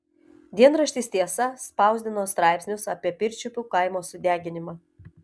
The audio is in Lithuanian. dienraštis tiesa spausdino straipsnius apie pirčiupių kaimo sudeginimą